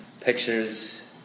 pictures